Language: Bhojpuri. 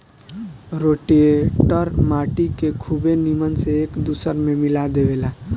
रोटेटर माटी के खुबे नीमन से एक दूसर में मिला देवेला